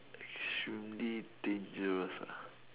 should be dangerous ah